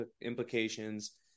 implications